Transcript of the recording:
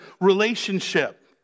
relationship